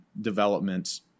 developments